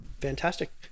Fantastic